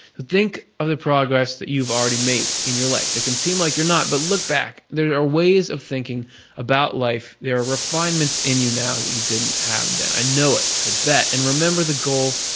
think of the progress that you've already made in your life. it can seem like you're not, but look back. there are ways of thinking about life, there are refinements in you now that you didn't have then. i know it. i bet. and remember the goal.